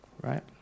right